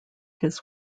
his